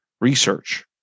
research